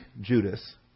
Judas